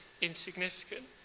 insignificant